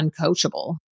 uncoachable